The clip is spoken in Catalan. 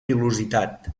pilositat